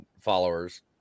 followers